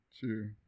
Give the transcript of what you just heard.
two